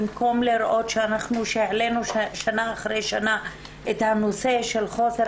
במקום לראות שאנחנו שהעלינו שנה אחרי שנה את הנושא של חוסר